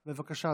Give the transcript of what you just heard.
בבקשה,